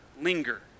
linger